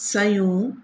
सयूं